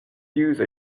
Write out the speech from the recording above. use